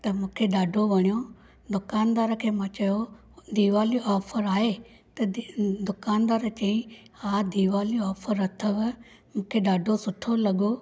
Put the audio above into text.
त मूंखे ॾाढो वणियो दुकानदार खे मां चयो दिवाली ऑफ़र आहे त दुकानदार चईं हा दिवाली ऑफ़र अथव मूंखे ॾाढो सुठो लॻो